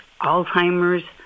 Alzheimer's